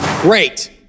Great